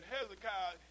Hezekiah